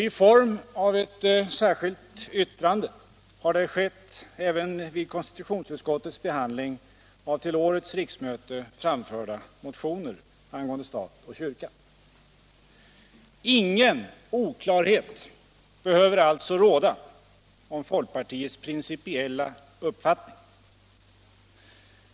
I form av ett särskilt yttrande har detta skett även vid konstitutionsutskottets behandling av till detta riksmöte framförda motioner angående stat och kyrka. Ingen oklarhet behöver alltså råda om folkpartiets principiella uppfattning.